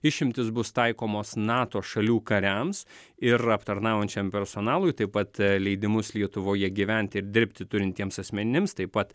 išimtys bus taikomos nato šalių kariams ir aptarnaujančiam personalui taip pat leidimus lietuvoje gyventi ir dirbti turintiems asmenims taip pat